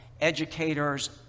educators